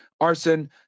arson